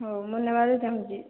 ହେଉ ମୁଁ ନେବାକୁ ଚାଁହୁଛି